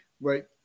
Right